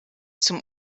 zum